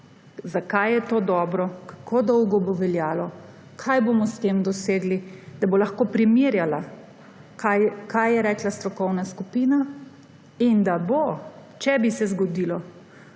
zakaj je to dobro, kako dolgo bo veljalo, kaj bomo s tem dosegli, da bo lahko primerjala, kaj je rekla strokovna skupina, in da, če bi se zgodilo,